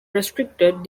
restricted